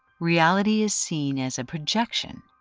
reality is seen as a projection,